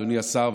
אדוני השר,